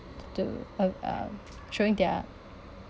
to uh um showing their